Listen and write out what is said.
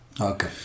Okay